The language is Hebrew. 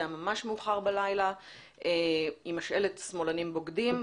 זה היה ממש מאוחר בלילה עם השלט "שמאלנים בוגדים"